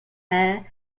air